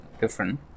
different